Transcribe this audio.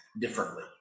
differently